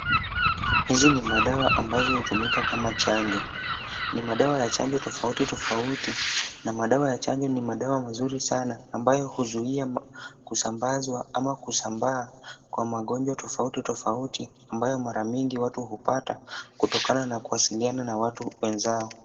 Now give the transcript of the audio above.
Hizi ni madawa ambazo hutumika kama chanjo. Ni madawa ya chanjo tofauti tofauti na madawa ya chanjo ni madawa mazuri sana ambayo huzuia kusambazwa ama kusambaa kwa magonjwa tofauti tofauti ambayo mara mingi watu hupata kutokana na kuwasiliana na watu wenzao.